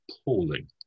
appalling